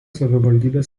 savivaldybės